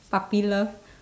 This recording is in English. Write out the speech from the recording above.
puppy love